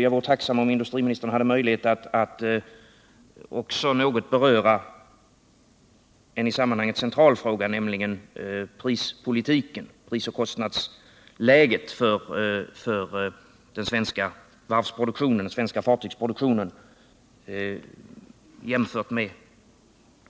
Jag vore tacksam om industriministern hade möjlighet att också något beröra en i längden central fråga, nämligen prisoch kostnadsläget för den svenska fartygsproduktionen jämfört med